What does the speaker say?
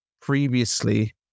previously